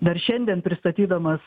dar šiandien pristatydamas